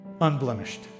unblemished